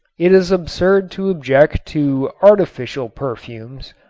it is absurd to object to artificial perfumes,